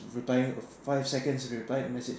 five or five seconds to reply the message